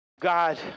God